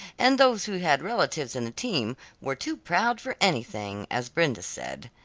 and those who had relatives in the team were too proud for anything, as brenda said.